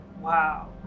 wow